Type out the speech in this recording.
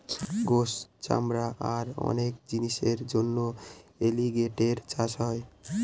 গোস, চামড়া আর অনেক জিনিসের জন্য এলিগেটের চাষ হয়